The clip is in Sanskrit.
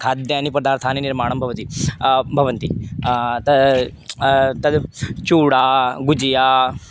खाद्यानि पदार्थानि निर्माणं भवति भवन्ति तद् तद् चूडा गुजिया